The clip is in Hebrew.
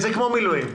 זה כמו מילואים,